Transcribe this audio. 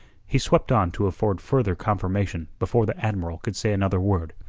he swept on to afford further confirmation before the admiral could say another word.